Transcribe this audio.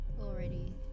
already